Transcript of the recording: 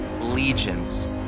Legions